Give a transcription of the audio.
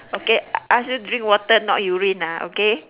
okay ask you drink water not urine ah okay